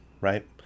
right